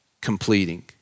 completing